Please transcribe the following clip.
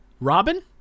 Robin